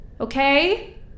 Okay